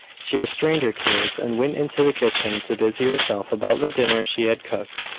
she restrained her tears, and went into the kitchen to busy herself about the dinner she had cooked.